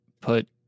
put